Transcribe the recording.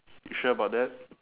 you sure about that